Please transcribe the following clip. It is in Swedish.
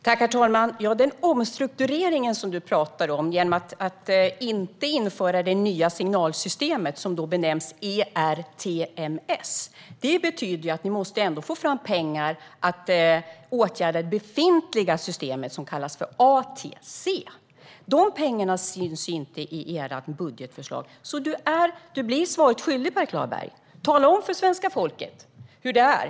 Herr talman! Omstruktureringen du talar om, Per Klarberg, alltså att inte införa det nya signalsystemet ERTMS, betyder att ni ändå måste få fram pengar till att åtgärda det befintliga systemet ATC. De pengarna syns inte i ert budgetförslag, så du blir svaret skyldig. Tala om för svenska folket hur det är!